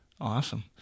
Awesome